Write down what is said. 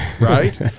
right